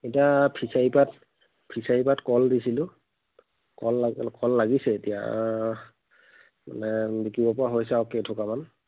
এতিয়া ফিচাৰী পাৰত ফিচাৰী পাৰত কল দিছিলোঁ কল লাগ কল লাগিছে এতিয়া মানে বিকিব পৰা হৈছে আৰু কেই ঠোকামান